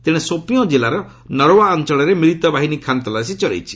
ତେଣେ ସୋପିଆଁ କିଲ୍ଲାର ନରୱା ଅଞ୍ଚଳରେ ମିଳିତ ବାହିନୀ ଖାନ୍ତଲାସୀ ଚଳାଇଛି